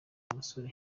musore